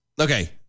Okay